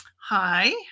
Hi